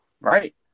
Right